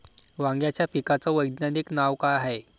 वांग्याच्या पिकाचं वैज्ञानिक नाव का हाये?